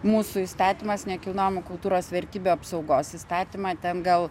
mūsų įstatymas nekilnojamų kultūros vertybių apsaugos įstatymą ten gal